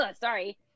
sorry